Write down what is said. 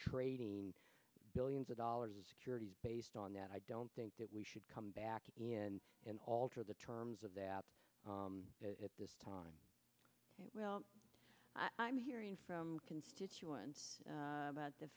trading billions of dollars of securities based on that i don't think that we should come back in and alter the terms of that at this time well i'm hearing from constituents about the